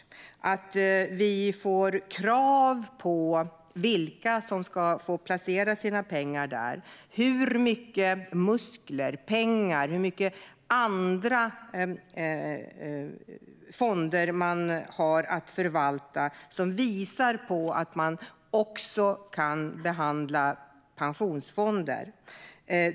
Vi ska ställa krav på vilka som får placera sina pengar där när det gäller hur mycket muskler, pengar och andra fonder de har att förvalta som visar att de också kan behandla pensionsfonder.